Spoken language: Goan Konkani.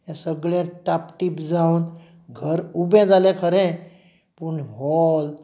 हें सगळें टापटीप जावन घर उबें जालें खरें पूण हॉल